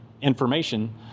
information